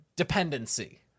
Dependency